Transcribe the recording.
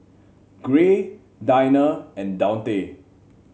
Gray Dinah and Daunte